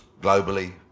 globally